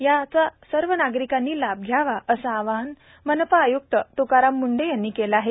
याचा सर्व नागरिकांनी लाभ घ्यावा असे आवाहनही मनपा आय्क्त त्काराम म्ंढे यांनी केले आहे